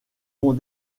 vont